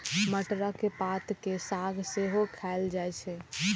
मटरक पात केर साग सेहो खाएल जाइ छै